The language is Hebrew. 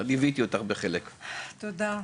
תודה.